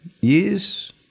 years